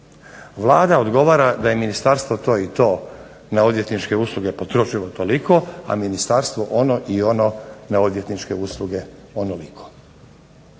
Vlada odgovara da je Ministarstvo to i to na odvjetničke usluge potrošilo toliko, a ministarstvo ono i ono na odvjetničke usluge onoliko.